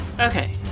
Okay